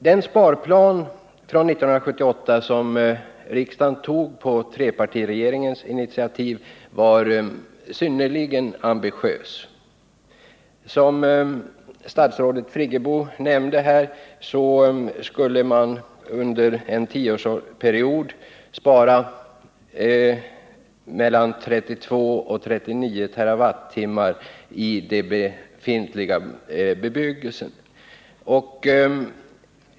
Den sparplan som riksdagen 1978 antog på trepartiregeringens initiativ var synnerligen ambitiös. Som statsrådet Friggebo nämnde skulle man under en tioårsperiod spara mellan 32 och 39 TWh i den befintliga bebyggelsen.